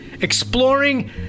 exploring